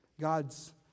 God's